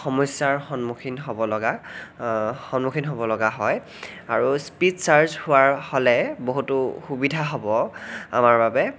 সমস্যাৰ সন্মুখীন হ'ব লগা সন্মুখীন হ'ব লগা হয় আৰু স্পীড চাৰ্জ হোৱাৰ হ'লে বহুতো সুবিধা হ'ব আমাৰ বাবে